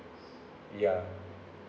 ya